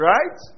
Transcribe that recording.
Right